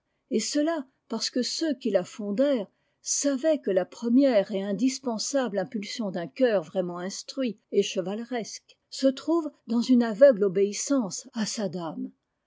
et cela parce que ceux qui la fondèrent savaient que la première et indispensable impulsion d'un cœur vraiment instruit et chevaleresque se trouve dans une aveugle obéissance à sa dame